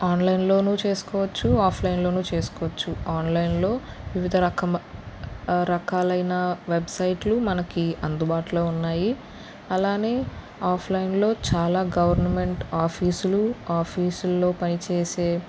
ఆన్లైన్లోను చేసుకోవచ్చు ఆఫ్లైన్లోను చేసుకోవచ్చు ఆన్లైన్లో వివిధ రకమ రకాలైన వెబ్సైట్లు మనకి అందుబాటులో ఉన్నాయి అలానే ఆఫ్లైన్లో చాలా గవర్నమెంట్ ఆఫీస్లు ఆఫీసుల్లో పనిచేసే